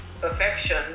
perfection